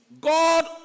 God